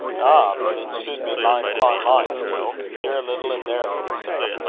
but it should be line upon line, you know here a little, and there a little, sir.